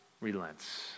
relents